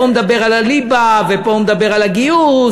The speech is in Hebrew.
פה הוא מדבר על הליבה ופה הוא מדבר על הגיוס,